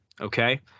okay